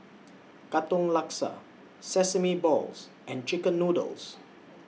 Katong Laksa Sesame Balls and Chicken Noodles